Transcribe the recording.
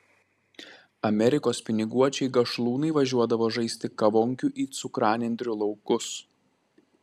amerikos piniguočiai gašlūnai važiuodavo žaisti kavonkių į cukranendrių laukus